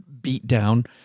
beatdown